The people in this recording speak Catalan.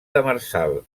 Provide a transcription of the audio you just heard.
demersal